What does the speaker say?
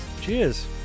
Cheers